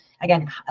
again